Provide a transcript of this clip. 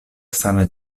same